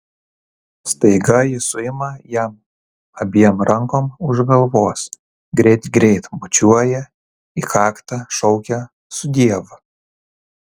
staiga ji suima jam abiem rankom už galvos greit greit bučiuoja į kaktą šaukia sudiev